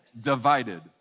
divided